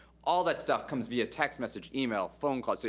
all that stuff comes via text message, email, phone call. so